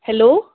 hello